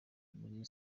muri